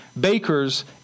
Bakers